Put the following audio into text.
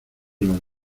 los